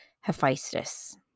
Hephaestus